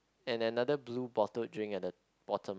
and another blue bottled drink at the bottom